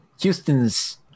Houston's